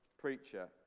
preacher